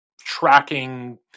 tracking